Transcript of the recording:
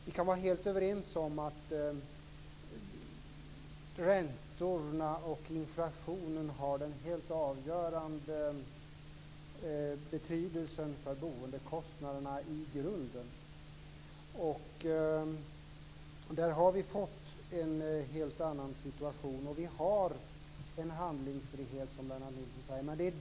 Vi kan vara helt överens om att räntorna och inflationen har den helt avgörande betydelsen för boendekostnaderna i grunden. Vi har fått en helt annan situation, och vi har en handlingsfrihet, som Lennart Nilsson säger.